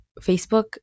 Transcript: Facebook